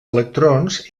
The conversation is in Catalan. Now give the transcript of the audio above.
electrons